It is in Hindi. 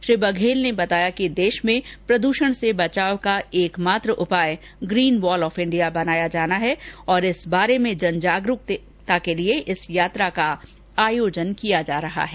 श्री बघेल ने बताया कि देश में प्रदूषण से बचाव का एकमात्र उपाय ग्रीन वॉल ऑफ इंडिया बनाया जाना जरूरी है और इस बारे में जनजागरूकता के लिए इस यात्रा का आयोजन किया जा रहा है